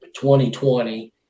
2020